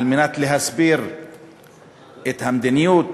על מנת להסביר את המדיניות